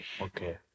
Okay